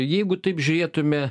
jeigu taip žiūrėtume